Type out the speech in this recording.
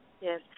Yes